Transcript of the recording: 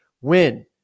win